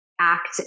act